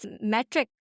metric